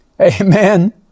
Amen